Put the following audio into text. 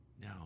Now